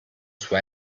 suo